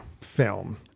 film